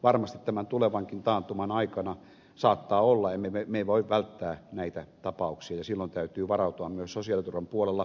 varmasti tämän tulevankin taantuman aikana saattaa olla että emme voi välttää näitä tapauksia ja silloin täytyy varautua myös sosiaaliturvan puolella